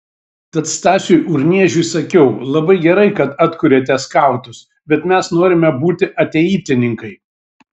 tad stasiui urniežiui sakiau labai gerai kad atkuriate skautus bet mes norime būti ateitininkai